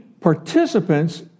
participants